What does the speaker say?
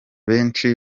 benshi